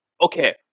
Okay